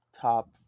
top